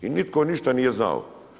I nitko ništa nije znao.